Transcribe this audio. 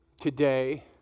Today